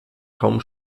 kaum